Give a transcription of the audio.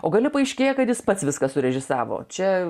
o gale paaiškėja kad jis pats viską surežisavo čia